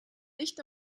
licht